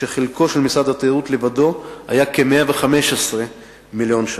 וחלקו של משרד התיירות לבדו היה כ-115 מיליון שקלים.